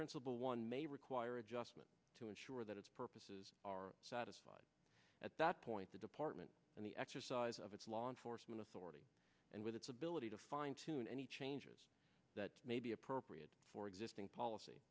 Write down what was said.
principal one may require adjustment to ensure that its purposes are satisfied at that point the department and the exercise of its law enforcement authority and with its ability to fine tune any changes that may be appropriate for existing policy